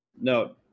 no